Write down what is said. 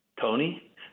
Tony